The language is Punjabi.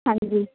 ਹਾਂਜੀ